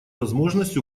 возможность